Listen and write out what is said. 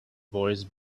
voice